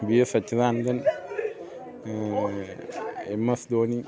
B S Sachidanandan M S Dhoni